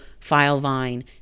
Filevine